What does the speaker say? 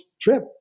trip